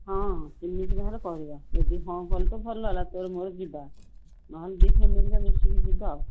ହଁ ସେମିତି ନହେଲେ କହିବା ଯଦି ହଁ କଲେ ତ ଭଲ ହେଲା ତୋର ମୋର ଯିବା ନହେଲେ ଦୁଇ ଫ୍ୟାମିଲି ମିଶିକି ଯିବା ଆଉ